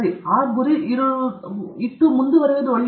ಆ ಗುರಿ ಮುಂದುವರಿಯುವುದು ಒಳ್ಳೆಯದು